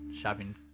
shopping